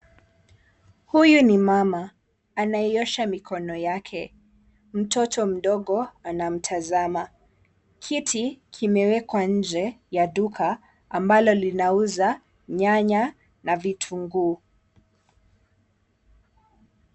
Huyu ni mama anayeosha mikono yake. Mtoto mdogo anamtazama. Kiti kimewekwa nje ya duka ambalo linauza nyanya na vitunguu.